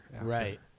Right